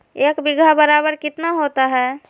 एक बीघा बराबर कितना होता है?